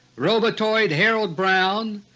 robotoid harold brown,